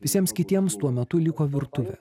visiems kitiems tuo metu liko virtuvė